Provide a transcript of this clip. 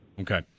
Okay